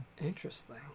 Interesting